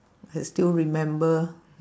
I still remember